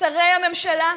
שרי הממשלה?